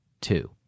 two